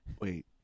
Wait